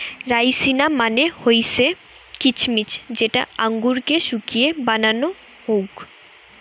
রাইসিনা মানে হৈসে কিছমিছ যেটা আঙুরকে শুকিয়ে বানানো হউক